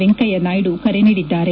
ವೆಂಕಯ್ಯ ನಾಯ್ದು ಕರೆ ನೀಡಿದ್ದಾರೆ